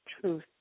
truth